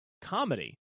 comedy